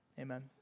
amen